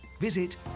Visit